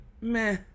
meh